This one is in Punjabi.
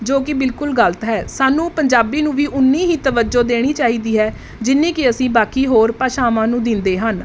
ਜੋ ਕਿ ਬਿਲਕੁਲ ਗਲਤ ਹੈ ਸਾਨੂੰ ਪੰਜਾਬੀ ਨੂੰ ਵੀ ਓਨੀ ਹੀ ਤਵੱਜੋ ਦੇਣੀ ਚਾਹੀਦੀ ਹੈ ਜਿੰਨੀ ਕਿ ਅਸੀਂ ਬਾਕੀ ਹੋਰ ਭਾਸ਼ਾਵਾਂ ਨੂੰ ਦਿੰਦੇ ਹਨ